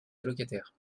allocataires